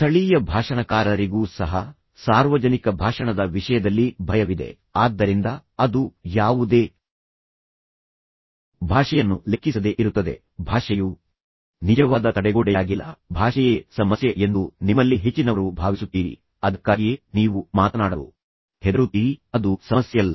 ಸ್ಥಳೀಯ ಭಾಷಣಕಾರರಿಗೂ ಸಹ ಸಾರ್ವಜನಿಕ ಭಾಷಣದ ವಿಷಯದಲ್ಲಿ ಭಯವಿದೆ ಆದ್ದರಿಂದ ಅದು ಯಾವುದೇ ಭಾಷೆಯನ್ನು ಲೆಕ್ಕಿಸದೆ ಇರುತ್ತದೆ ಭಾಷೆಯು ನಿಜವಾದ ತಡೆಗೋಡೆಯಾಗಿಲ್ಲ ಭಾಷೆಯೇ ಸಮಸ್ಯೆ ಎಂದು ನಿಮ್ಮಲ್ಲಿ ಹೆಚ್ಚಿನವರು ಭಾವಿಸುತ್ತೀರಿ ಅದಕ್ಕಾಗಿಯೇ ನೀವು ಮಾತನಾಡಲು ಹೆದರುತ್ತೀರಿ ಅದು ಸಮಸ್ಯೆಯಲ್ಲ